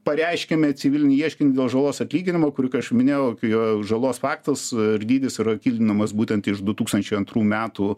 pareiškiame civilinį ieškinį dėl žalos atlyginimo kurį kaip aš jau minėjau jo žalos faktas ir dydis yra kildinamas būtent iš du tūkstančiai antrų metų